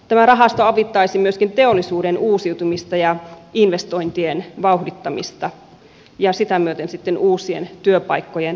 tämä rahasto avittaisi myöskin teollisuuden uusiutumista ja investointien vauhdittamista ja sitä myöten sitten uusien työpaikkojen luomista